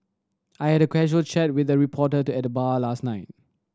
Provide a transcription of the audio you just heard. I had a casual chat with a reporter at the bar last night